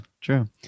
true